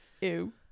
ew